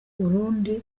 urundi